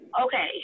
Okay